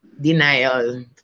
denial